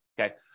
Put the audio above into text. okay